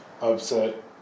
upset